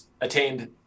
attained